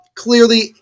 Clearly